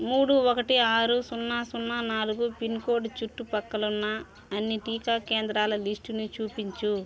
మూడు ఒకటి ఆరు సున్నా సున్నా నాలుగు పిన్ కోడ్ చుట్టుప్రక్కలున్న అన్ని టీకా కేంద్రాల లిస్టుని చూపించు